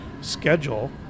schedule